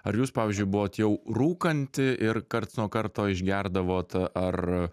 ar jūs pavyzdžiui buvot jau rūkanti ir karts nuo karto išgerdavot ar